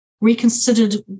reconsidered